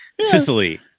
Sicily